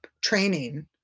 training